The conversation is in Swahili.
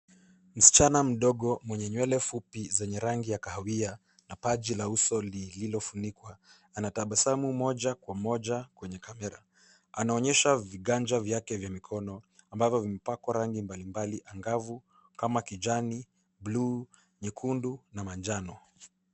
Msichana mdogo mwenye nywele fupi za rangi ya kahawia na paji la uso lisilofunikwa, anatabasamu moja kwa moja kwenye kamera. Anaonyesha viganja vya mikono yake, ambavyo vimepakwa rangi mbalimbali angavu kama kijani, buluu, nyekundu, na manjano.